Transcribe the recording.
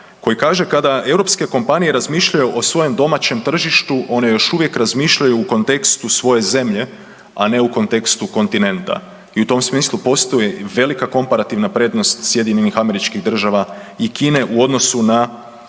koji kaže kada europske kompanije razmišljaju o svojem domaćem tržištu one još uvijek razmišljaju u kontekstu svoje zemlje, a ne u kontekstu kontinenta. I u tom smislu postoji velika komparativna prednost SAD-a i Kine u odnosu na